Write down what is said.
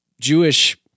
Jewish